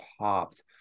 popped